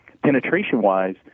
Penetration-wise